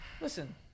Listen